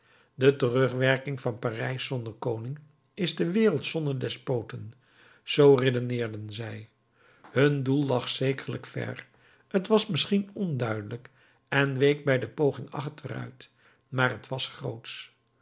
de terugwerking van parijs zonder koning is de wereld zonder despoten z redeneerden zij hun doel lag zekerlijk ver t was misschien onduidelijk en week bij de poging achteruit maar het was grootsch